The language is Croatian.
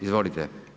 Izvolite.